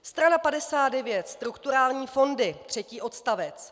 Strana 59, strukturální fondy, třetí odstavec.